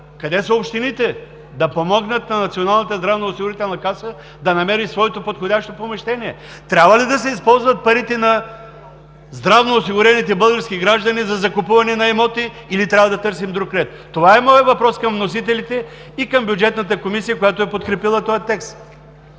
къде са общините да помогнат на Националната здравноосигурителна каса да намери своето подходящо помещение? Трябва ли да се използват парите на здравноосигурените български граждани за закупуване на имоти или трябва да търсим друг ред? Това е моят въпрос към вносителите и към Бюджетната комисия, която е подкрепила този текст.